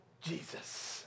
Jesus